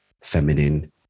feminine